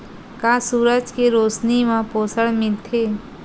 का सूरज के रोशनी म पोषण मिलथे?